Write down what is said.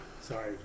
Sorry